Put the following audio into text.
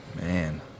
Man